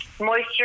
moisture